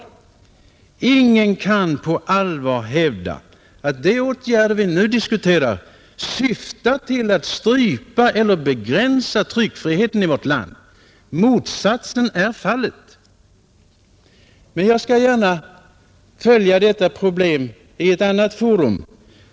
Ingen kan på allvar hävda att de åtgärder vi nu diskuterar syftar till att strypa eller begränsa tryckfriheten i vårt land. Motsatsen är fallet. Men jag skall gärna följa upp detta problem i ett annat forum.